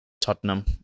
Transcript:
Tottenham